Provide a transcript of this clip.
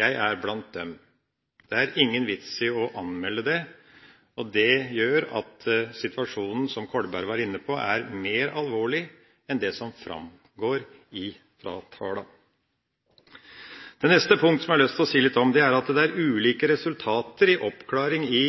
Jeg er blant dem. Det er ingen vits i å anmelde, og det gjør at situasjonen, som representanten Kolberg var inne på, er mer alvorlig enn det som framgår av tallene. Det neste jeg har lyst til å si noe om, er at det er ulike resultater i oppklaring i